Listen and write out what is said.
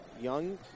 Young